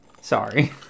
Sorry